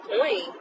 point